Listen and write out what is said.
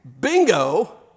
bingo